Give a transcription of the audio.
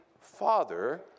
Father